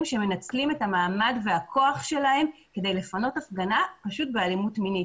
שמנצלים את המעמד והכוח שלהם כדי לפנות הפגנה פשוט באלימות מינית,